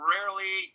Rarely